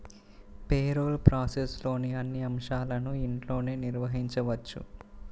payroll ప్రాసెస్లోని అన్ని అంశాలను ఇంట్లోనే నిర్వహించవచ్చు